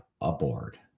aboard